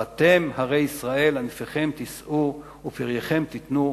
וכן: ואתם הרי ישראל, ענפיכם תישאו ופרייכם תיתנו,